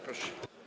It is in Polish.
Proszę.